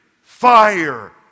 Fire